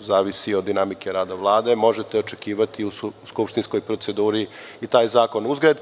zavisi od dinamike rada Vlade, možete očekivati u skupštinskoj proceduri i taj zakon. Uzgred,